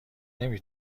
نمی